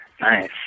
Nice